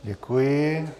Děkuji.